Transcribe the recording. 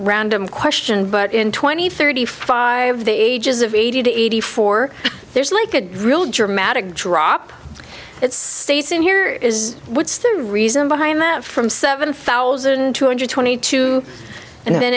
random question but in twenty thirty five the ages of eighty to eighty four there's like a real dramatic drop it's stays in here is what's the reason behind that from seven thousand two hundred twenty two and then